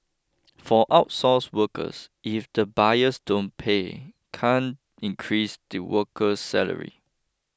for outsourced workers if the buyers don't pay can't increase the worker's salary